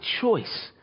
choice